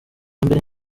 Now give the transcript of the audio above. mbere